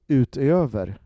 utöver